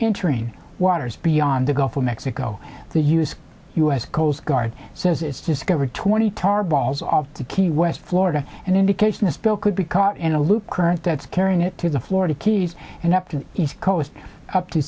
entering waters beyond the gulf of mexico the u s u s coast guard says it's just covered twenty tar balls off to key west florida and indication the spill could be caught in a loop current that's carrying it to the florida keys and up the east coast up to